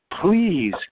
please